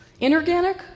Inorganic